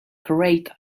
great